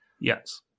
Yes